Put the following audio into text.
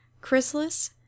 chrysalis